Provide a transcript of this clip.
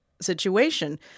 situation